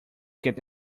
get